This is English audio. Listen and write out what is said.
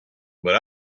but